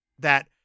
that-